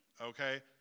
Okay